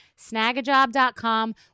snagajob.com